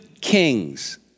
kings